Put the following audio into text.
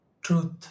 Truth